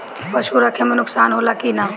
पशु रखे मे नुकसान होला कि न?